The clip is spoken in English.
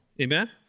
Amen